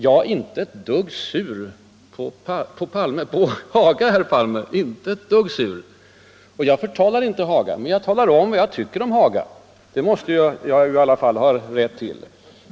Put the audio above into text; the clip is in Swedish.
Jag är inte ett dugg ”sur” på Hagaöverenskommelsen, herr Palme, och jag förtalar den inte. Jag talar bara om vad jag tycker om den —- det måste jag ju i alla fall ha rätt till.